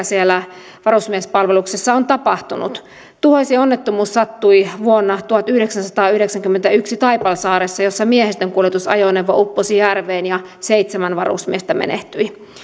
siellä varusmiespalveluksessa on tapahtunut tuhoisin onnettomuus sattui vuonna tuhatyhdeksänsataayhdeksänkymmentäyksi taipalsaaressa jossa miehistönkuljetusajoneuvo upposi järveen ja seitsemän varusmiestä menehtyi